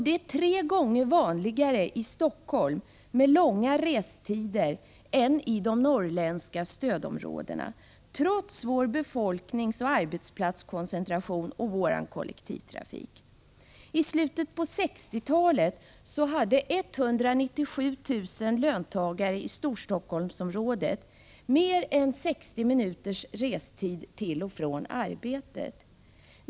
Det är tre gånger vanligare i Stockholm med långa restider än i de norrländska stödområdena, trots vår befolkningsoch arbetsplatskoncentration och vår kollektivtrafik. I slutet av 1960-talet hade 197 000 löntagare i Storstockholmsområdet mer än 60 minuters restid till och från arbetet.